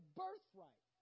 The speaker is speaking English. birthright